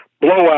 Blowout